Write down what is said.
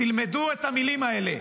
תלמדו את המילים האלה.